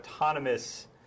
autonomous